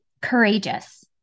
courageous